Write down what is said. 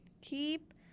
Keep